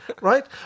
Right